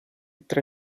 tre